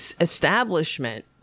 establishment